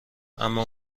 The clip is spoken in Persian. اما